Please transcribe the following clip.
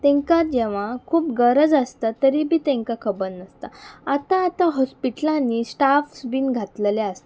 तेंकां जेव्हां खूब गरज आसता तरी बी तेंकां खबर नासता आतां आतां हॉस्पिटलांनी स्टाफ्स बीन घातलेले आसतात